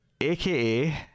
AKA